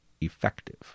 effective